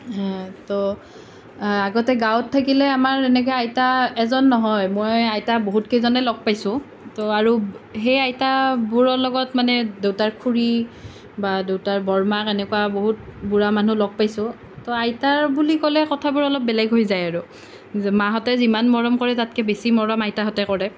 ত' আগতে গাওঁত থাকিলে আমাৰ এনেকৈ আইতা এজন নহয় মই আইতা বহুত কেইজনে লগ পাইছোঁ ত' আৰু সেই আইতাবোৰৰ লগত মানে দেউতাৰ খুড়ী বা দেউতাৰ বৰমাক এনেকুৱা বহুত বুঢ়া মানুহ লগ পাইছোঁ ত' আইতা বুলি ক'লে কথাবোৰ অলপ বেলেগ হৈ যায় আৰু মাহঁতে যিমান মৰম কৰে তাতকৈ বেছি মৰম আইতাহঁতে কৰে